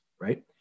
right